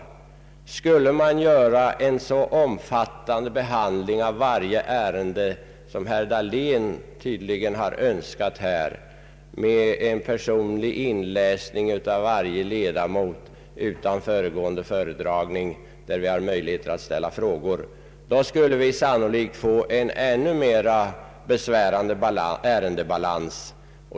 Skulle en så omfattande behandling av varje ärende göras som herr Dahlén tydligen önskar med en personlig inläsning av varje ledamot utan föregående föredragning med möjlighet att ställa frågor, då skulle vi sannolikt få en ännu mer besvärande ärendebalans.